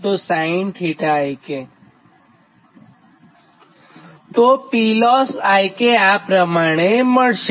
તોPlossik આ પ્રમાણે મળશે